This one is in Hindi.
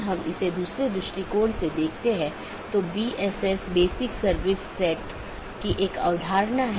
BGP पड़ोसी या BGP स्पीकर की एक जोड़ी एक दूसरे से राउटिंग सूचना आदान प्रदान करते हैं